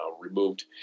removed